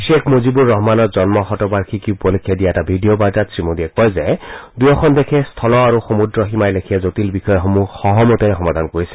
শ্বেখ মুজিবুৰ ৰহমানৰ জন্ম শতবাৰ্ষিকী উপলক্ষে দিয়া এটা ভিডিঅ বাৰ্তাত শ্ৰীমোদীয়ে কয় যে দুয়োখন দেশে স্থল আৰু সমুদ্ৰ সীমাৰ লেখীয়া জটিল বিষয়সমূহ সহমতেৰে সমাধান কৰিছে